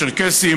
צ'רקסים,